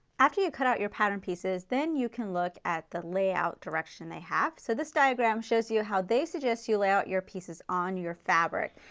after you cut out your pattern pieces, then you can look at the layout direction they have. so this diagram shows you how they suggest you layout your pieces on your fabric.